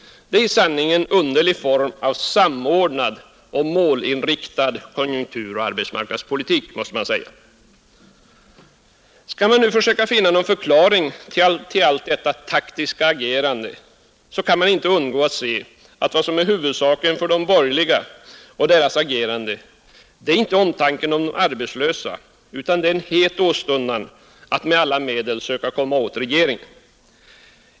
I sanning en underlig form av samordnad och målinriktad konjunkturoch arbetsmarknadspolitik! Skall man söka finna någon förklaring till allt detta taktiska agerande, så kan man inte undgå att se att vad som är huvudsaken för de borgerliga och deras agerande inte är omtanken om de arbetslösa utan en het ästundan att med alla medel söka komma åt regeringen.